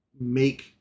make